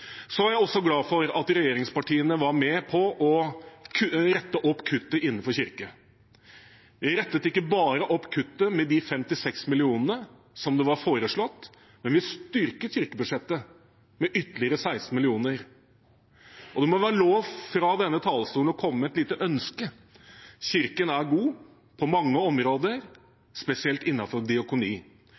Så er jeg glad for at regjeringspartiene var med på å rette opp kuttet innenfor kirke. Vi rettet ikke bare opp kuttet på 56 mill. kr som var foreslått, men vi styrket kirkebudsjettet med ytterligere 16 mill. kr. Og det må være lov fra denne talerstolen å komme med et lite ønske. Kirken er god på mange områder, spesielt innenfor diakoni.